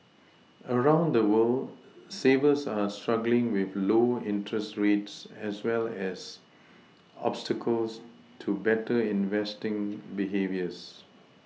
around the world savers are struggling with low interest rates as well as obstacles to better investing behaviours